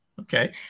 Okay